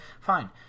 fine